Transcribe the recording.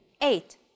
eight